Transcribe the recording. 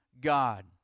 God